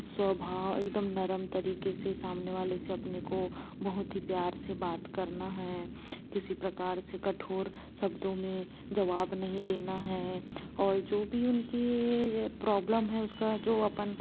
स्वभाव एकदम नर्म तरीके से सामने वाले से अपने को बहुत ही प्यार से बात करना है किसी प्रकार से कठोर शब्दों में जवाब नहीं देना है और जो भी उनके प्रॉब्लम है उसका जो अपन